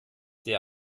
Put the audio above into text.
der